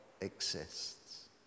exists